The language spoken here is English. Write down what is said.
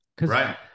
Right